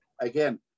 Again